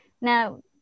Now